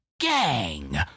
gang